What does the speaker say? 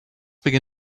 began